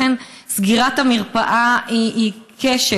לכן, סגירת המרפאה היא כשל.